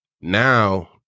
Now